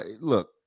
Look